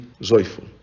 joyful